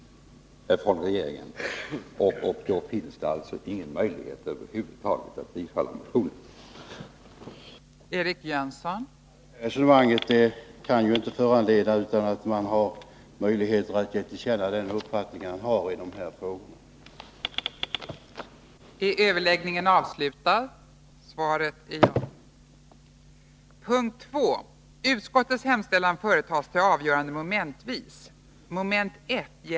Mot den bakgrunden ges det över huvud taget ingen möjlighet att bifalla motionen.